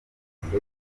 ndetse